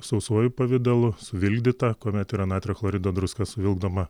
sausuoju pavidalu suvilgdyta kuomet yra natrio chlorido druskos suvilkdoma